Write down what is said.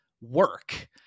work